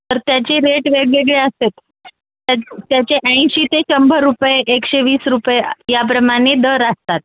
तर त्याचे रेट वेगवेगळे असतात त्याचे ऐंशी ते शंभर रुपये एकशे वीस रुपये याप्रमाणे दर असतात